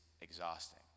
exhausting